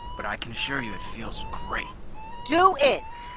but i can assure you it feels great do it!